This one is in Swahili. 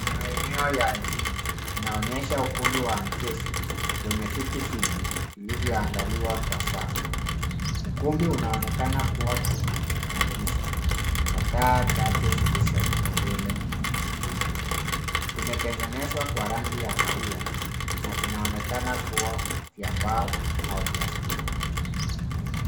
Maeneo ya elimu inaonyesha ukumbi wa mchezo wenye viti vingi vilivyoandaliwa kwa safu. Ukumbi unaonaekana kuwa tupu na kisa na taa chache zilizoko mbele. Viti vimetengenezwa kwa rangi ya kahawia na vinaonekana kuwa vya mbao au plastiki.